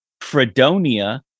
Fredonia